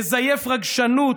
מזייף רגשנות,